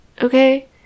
Okay